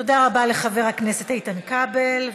תודה רבה לחבר הכנסת איתן כבל.